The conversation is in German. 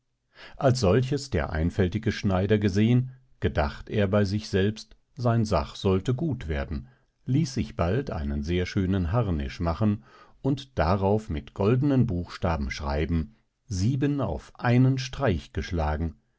als solches der einfältige schneider gesehen gedacht er bei sich selbst sein sach sollte gut werden ließ sich bald einen sehr schönen harnisch machen und darauf mit goldenen buchstaben schreiben sieben auf einen streich geschlagen